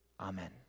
Amen